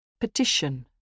Petition